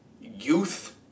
youth